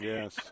Yes